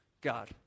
God